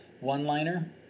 one-liner